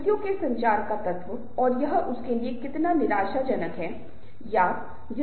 ये वास्तविकता में सिर्फ विचारोत्तेजक हैं और कई चरण एक साथ चल सकते हैं